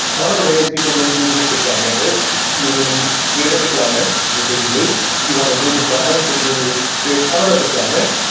one of the ways people go blue-green deployment is you will create a deployment, which is blue. you want a new deployment, so you'll create another deployment.